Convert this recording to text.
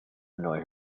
annoy